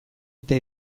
eta